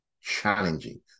challenging